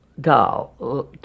doll